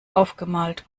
aufgemalt